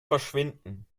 verschwinden